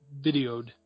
videoed